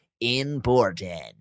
important